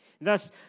Thus